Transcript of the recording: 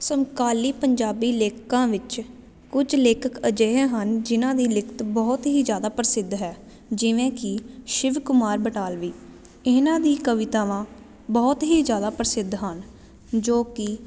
ਸਮਕਾਲੀ ਪੰਜਾਬੀ ਲੇਖਕਾਂ ਵਿੱਚ ਕੁਝ ਲੇਖਕ ਅਜਿਹੇ ਹਨ ਜਿਹਨਾਂ ਦੀ ਲਿਖਤ ਬਹੁਤ ਹੀ ਜ਼ਿਆਦਾ ਪ੍ਰਸਿੱਧ ਹੈ ਜਿਵੇਂ ਕਿ ਸ਼ਿਵ ਕੁਮਾਰ ਬਟਾਲਵੀ ਇਹਨਾਂ ਦੀ ਕਵਿਤਾਵਾਂ ਬਹੁਤ ਹੀ ਜ਼ਿਆਦਾ ਪ੍ਰਸਿੱਧ ਹਨ ਜੋ ਕਿ